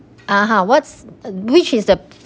(uh huh) what's uh which is the